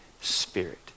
Spirit